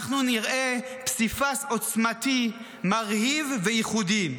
אנחנו נראה פסיפס עוצמתי, מרהיב וייחודי.